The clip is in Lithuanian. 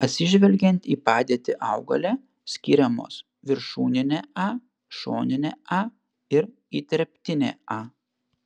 atsižvelgiant į padėtį augale skiriamos viršūninė a šoninė a ir įterptinė a